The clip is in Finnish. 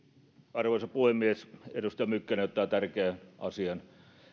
arvoisa puhemies edustaja mykkänen ottaa tärkeän asian